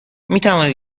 میتوانید